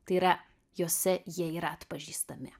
tai yra juose jie yra atpažįstami